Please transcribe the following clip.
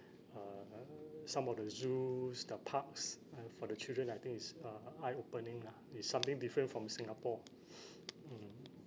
uh uh some of the zoos the parks uh for the children I think is uh eye opening lah it's something different from singapore mm